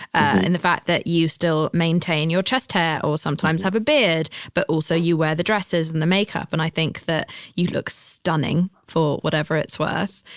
and the fact that you still maintain your chest hair or sometimes have a beard, but also you wear the dresses and the makeup. and i think that you look stunning for whatever it's worth.